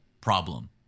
problem